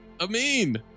Amin